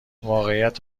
واقعیت